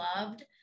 loved